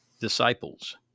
disciples